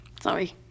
Sorry